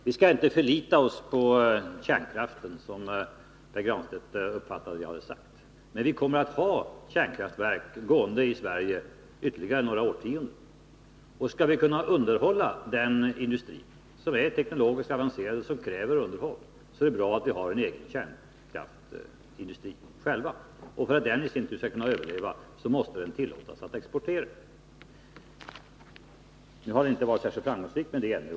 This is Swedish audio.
Vi skall inte förlita oss på kärnkraften, som Pär Granstedt uppfattade att jag har sagt, men vi kommer att ha kärnkraftverk i gång i Sverige ytterligare några årtionden. Skall vi kunna underhålla detta kärnkraftsprogram är det bra att vi har en egen kärnkraftsindustri. Och för att den i sin tur skall kunna överleva måste den tillåtas exportera. Försöken att exportera har ännu inte varit särskilt framgångsrika.